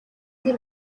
тэр